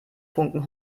funken